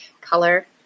color